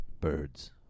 Birds